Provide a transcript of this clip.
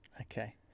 Okay